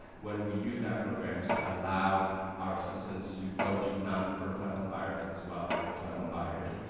when we use that program to allow our assistance to go to non-first-time home buyers, as well as first-time home buyers,